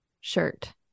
shirt